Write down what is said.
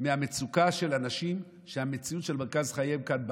מהמצוקה של אנשים שהמציאות היא שמרכז חייהם כאן,